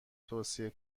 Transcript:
توصیه